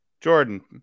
Jordan